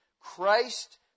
Christ